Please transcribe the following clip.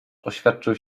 oświadczył